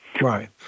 Right